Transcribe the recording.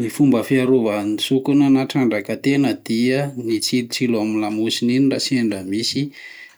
Ny fomba fiarovan'ny sokina na trandraka tena dia ny tsilotsilo amin'ny lamosiny iny raha sendra misy